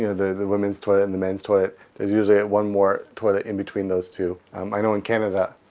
yeah the the women's toilet and the men's toilet, there's usually one more toilet in between those two um i know in canada,